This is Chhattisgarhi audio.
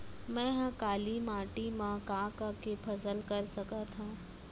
मै ह काली माटी मा का का के फसल कर सकत हव?